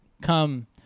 come